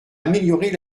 améliorer